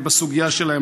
בסוגיה שלהם.